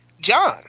John